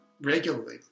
regularly